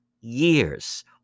years